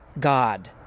God